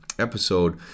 episode